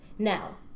Now